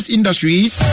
Industries